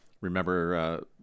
remember